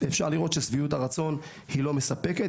אפשר לראות ששביעות הרצון לא מספקת.